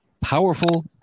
powerful